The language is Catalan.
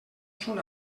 són